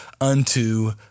unto